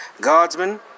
Guardsmen